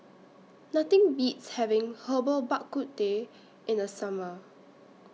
Nothing Beats having Herbal Bak Ku Teh in The Summer